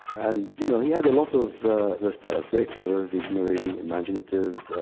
and you know he had a lot of the status, very clever visionary, imaginative